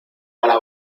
para